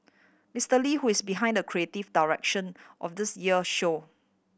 Mister Lee who is behind the creative direction of this year show